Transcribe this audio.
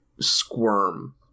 squirm